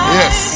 yes